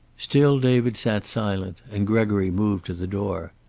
still david sat silent, and gregory moved to the door.